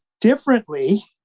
differently